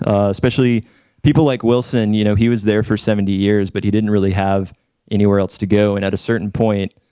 ah especially people like wilson, you know he was there for seventy years, but he didn't really have anywhere else to go. and at a certain point,